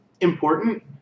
Important